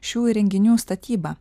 šių įrenginių statybą